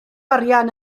arian